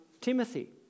Timothy